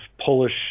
Polish